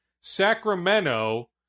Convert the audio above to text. Sacramento